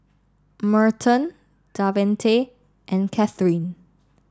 Merton Davante and Kathyrn